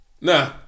Nah